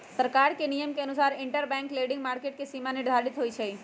सरकार के नियम के अनुसार इंटरबैंक लैंडिंग मार्केट के सीमा निर्धारित होई छई